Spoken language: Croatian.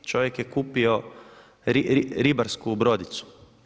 Čovjek je kupio ribarsku brodicu.